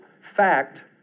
fact